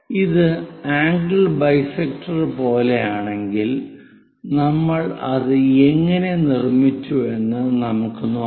ഇത് angle bisector പോലെയാണെങ്കിൽ നമ്മൾ അത് എങ്ങനെ നിർമ്മിച്ചുവെന്ന് നമുക്ക് നോക്കാം